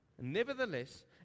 Nevertheless